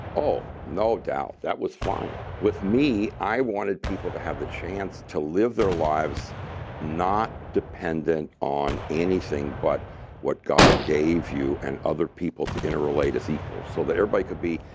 oh, no doubt. that was fine. with me, i wanted people to have the chance to live their lives not dependent on anything but what god gave you and other people to interrelate as equals so that everybody could be.